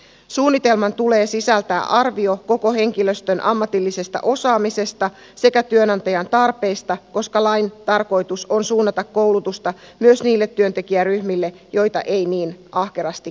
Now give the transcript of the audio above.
suunnitelman tulee sisältää arvio koko henkilöstön ammatillisesta osaamisesta sekä työnantajan tarpeista koska lain tarkoitus on suunnata koulutusta myös niille työntekijäryhmille joita ei niin ahkerasti kouluteta